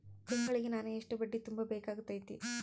ತಿಂಗಳಿಗೆ ನಾನು ಎಷ್ಟ ಬಡ್ಡಿ ತುಂಬಾ ಬೇಕಾಗತೈತಿ?